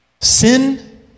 Sin